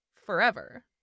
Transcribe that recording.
forever